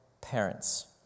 parents